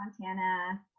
Montana